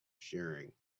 sharing